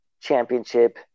championship